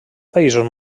països